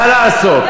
מה לעשות.